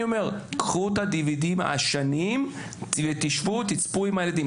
קחו את זה, תצפו עם הילדים,